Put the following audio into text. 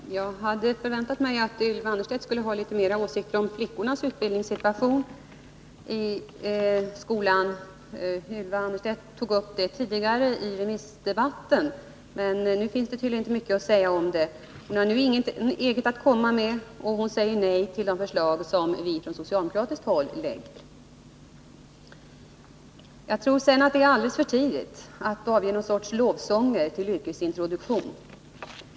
Fru talman! Jag hade väntat att Ylva Annerstedt skulle ha litet mera åsikter om flickornas utbildningssituation i skolan. Ylva Annerstedt tog upp detta i den allmänpolitiska debatten, men nu finns det tydligen inte mycket att säga om saken. Hon har nu inget eget att komma med, och hon säger nej till de förslag som vi från socialdemokratiskt håll har lagt fram. Jag tror att det är alldeles för tidigt att stämma upp några lovsånger om yrkesintroduktion.